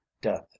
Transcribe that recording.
death